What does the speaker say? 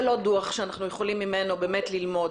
זה לא דוח שאנחנו יכולים באמת ללמוד